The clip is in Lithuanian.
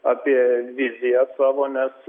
apie viziją savo nes